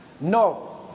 No